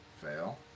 Fail